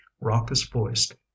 raucous-voiced